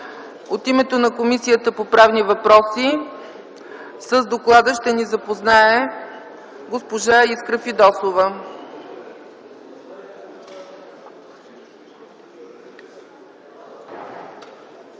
От името на Комисията по правни въпроси с доклада ще ни запознае госпожа Искра Фидосова.